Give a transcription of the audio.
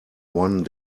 one